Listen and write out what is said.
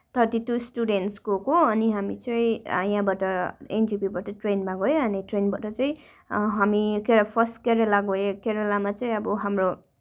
thirty two students गएको अनि हामी चाहिँ यहाँबाट एनजेपीबाट ट्रेनमा गयौँ अनि ट्रेनबाट चाहिँ हामी के फर्स्ट केरला गयौँ केरलामा चाहिँ अब हाम्रो